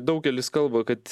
daugelis kalba kad